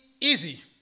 easy